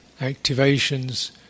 activations